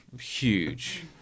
Huge